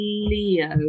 Leo